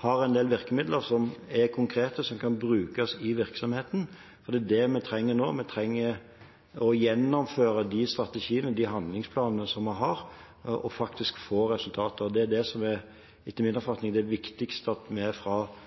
vi har en del virkemidler som er konkrete, som kan brukes i virksomheten, og det er det vi trenger nå. Vi trenger å gjennomføre de strategiene og de handlingsplanene vi har, og faktisk få resultater. Det er det som etter min oppfatning er det viktigste jeg fra